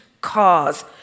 cause